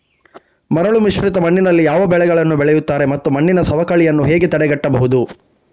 ಮರಳುಮಿಶ್ರಿತ ಮಣ್ಣಿನಲ್ಲಿ ಯಾವ ಬೆಳೆಗಳನ್ನು ಬೆಳೆಯುತ್ತಾರೆ ಮತ್ತು ಮಣ್ಣಿನ ಸವಕಳಿಯನ್ನು ಹೇಗೆ ತಡೆಗಟ್ಟಬಹುದು?